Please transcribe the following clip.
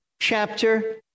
chapter